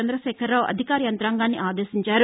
చంద్రశేఖర్రావు అధికార యంతాంగాన్ని ఆదేశించారు